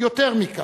יותר מכך,